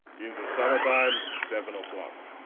in the summertime seven o'clock.